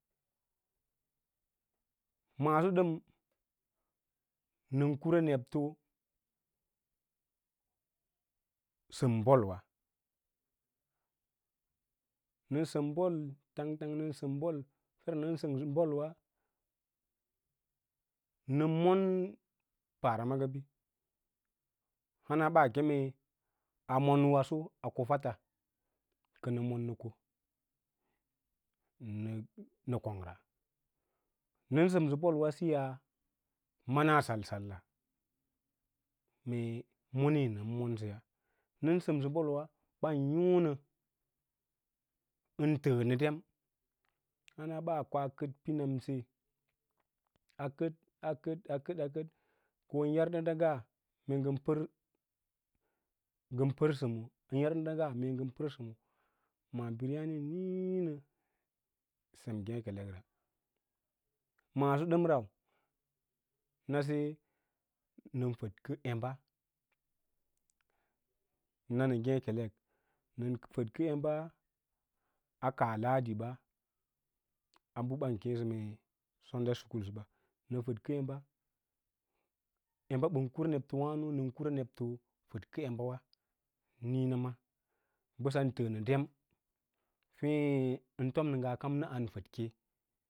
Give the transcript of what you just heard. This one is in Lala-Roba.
Maaso dəm nən kura nebto səm bolwa, nəng səm bol tang tang nən səm bol nən səmsə bol nən mon para maga hana ɓaa keme a mon wasoa ko fotta kə nə mon nə ko nə kongra nən səmsə bolwa siyas mana sal salla mee moree nən mon səya, nən səm sə bol wa ɓan yoõ nə ən təə nə ɗem hana ɓaa kwa kəd piɗ anse a kəd, a kəd a kəd, akəd ka hoo ən yar dən dʌ ꞌ nga mee ngən pər səmo ka yau ɗənda ꞌnga mee ngən pər səmo maabiri ya nen nííinə sen səmo maabiri ya ‘nen nǐǐnə sem ngêklekra maaso ɗən nau na se nən fədkə emba na mə ngékelek nən fədkə emba a kas laɗi ba a bə ɓan kuũ sə mee sanday school səba nən fədkə embə, emba ɓən kura nebto wàno nən kuwa nebto fədkə emba wa nǐǐna ma bəsan təə nə dem fěě ən tom nə ngaa kam nə an fədke.